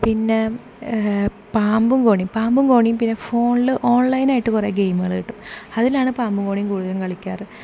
പിന്നെ പാമ്പും കോണി പാമ്പും കോണിയും പിന്നെ ഫോണിൽ ഓൺലൈൻ ആയിട്ട് കുറെ ഗെയിമുകൾ കിട്ടും അതിലാണ് പാമ്പും കോണിയും കൂടുതലും കളിക്കാറ്